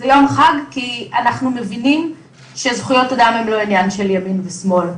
כי אנחנו מבינים שזכויות אדם הם לא עניין של ימין ושמאל.